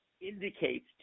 indicates